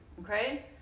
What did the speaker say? okay